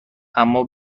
اما